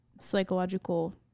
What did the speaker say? psychological